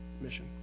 mission